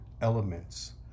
elements